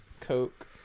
Coke